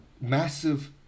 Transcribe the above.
massive